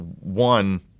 One